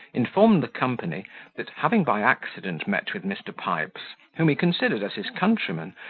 informed the company that, having by accident met with mr. pipes, whom he considered as his countryman,